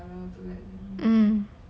um